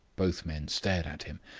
both men stared at him.